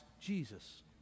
Jesus